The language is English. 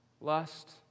lust